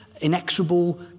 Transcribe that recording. inexorable